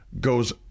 goes